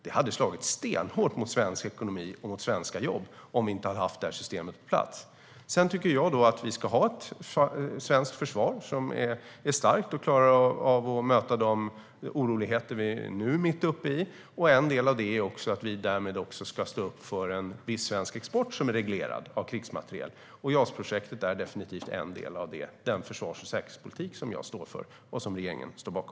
Det hade slagit stenhårt mot svensk ekonomi och svenska jobb om vi inte hade haft detta system. Sedan tycker jag att vi ska ha ett svenskt försvar som är starkt och klarar av att möta de oroligheter som vi nu är mitt uppe i. En del av detta är att vi ska stå upp för en viss svensk export av krigsmateriel som är reglerad. JAS-projektet är en del av detta och av den försvars och säkerhetspolitik som jag står för och som regeringen står bakom.